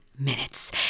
Minutes